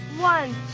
one